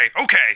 Okay